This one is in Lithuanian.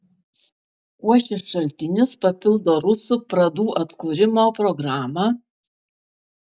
kuo šis šaltinis papildo rusų pradų atkūrimo programą